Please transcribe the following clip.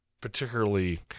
particularly